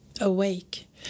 Awake